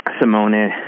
Simone